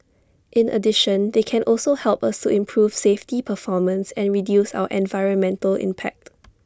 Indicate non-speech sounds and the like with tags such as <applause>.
in addition they can also help us improve safety performance and reduce our environmental impact <noise>